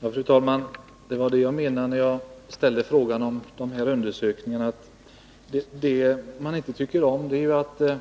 Fru talman! Det var vad jag menade när jag ställde frågan om de här undersökningarna. Det som ogillas är